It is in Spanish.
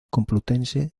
complutense